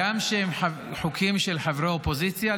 הגם שהם חוקים של חברי האופוזיציה,